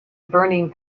burning